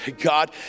God